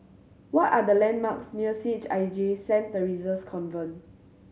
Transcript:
what are the landmarks near C H I J Saint Theresa's Convent